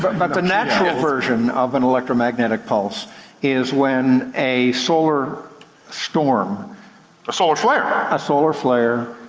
but but the natural version of an electromagnetic pulse is when a solar storm a solar flare. a solar flare,